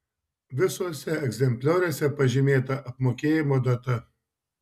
visuose egzemplioriuose pažymėta apmokėjimo data